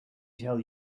tell